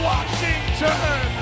Washington